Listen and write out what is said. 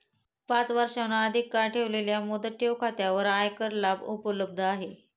पाच वर्षांहून अधिक काळ ठेवलेल्या मुदत ठेव खात्यांवर आयकर लाभ उपलब्ध आहेत